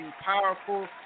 powerful